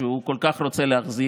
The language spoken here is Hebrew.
שהוא כל כך רוצה להחזיר.